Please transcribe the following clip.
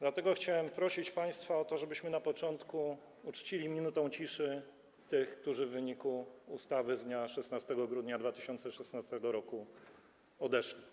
Dlatego chciałem prosić państwa o to, żebyśmy na początku uczcili minutą ciszy tych, którzy w wyniku ustawy z dnia 16 grudnia 2016 r. odeszli.